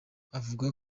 avuga